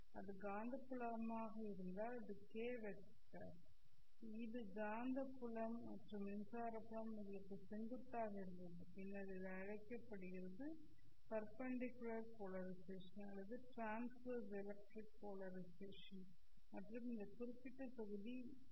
அது காந்தப்புலமாக இருந்தால் இது k' வெக்டர் இது காந்தப்புலம் மற்றும் மின்சார புலம் உங்களுக்கு செங்குத்தாக இருந்தது பின்னர் இது அழைக்கப்படுகிறது பெர்பெண்டிகுலர் போலரிசெஷன் அல்லது transverse electric polarization transverse electric polarization மற்றும் இந்த குறிப்பிட்ட தொகுதி ஈ